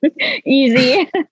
easy